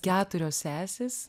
keturios sesės